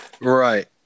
Right